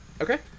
Okay